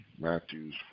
Matthews